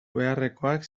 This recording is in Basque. beharrekoak